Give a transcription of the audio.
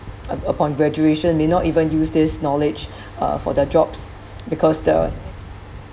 up~ upon graduation may not even use this knowledge uh for their jobs because the